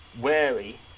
Wary